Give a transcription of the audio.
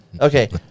okay